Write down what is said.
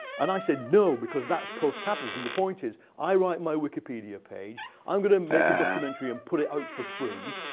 and i said, no, because that's postcapitalism. the point is, i write my wikipedia page. i'm going to make a documentary and put it out for free,